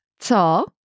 co